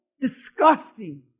disgusting